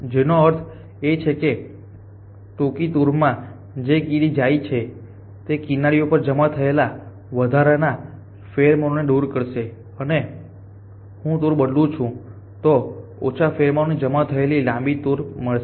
જેનો અર્થ એ છે કે ટૂંકી ટૂરમાં જે કીડી જાય છે તે કિનારીઓ પર જમા થયેલા વધારાના ફેરોમોન ને દૂર કરશે અને અને હું ટૂર બદલું છું તો ઓછા ફેરોમોનમાં જમા થયેલી લાંબી ટૂર મળશે